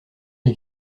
les